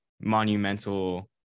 monumental